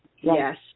yes